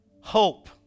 hope